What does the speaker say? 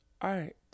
art